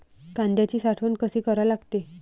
कांद्याची साठवन कसी करा लागते?